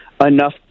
enough